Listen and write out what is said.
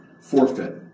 forfeit